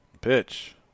Pitch